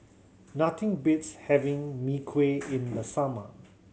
nothing beats having Mee Kuah in the summer